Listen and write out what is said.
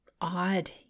odd